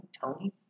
Tony